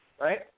right